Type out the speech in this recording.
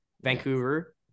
Vancouver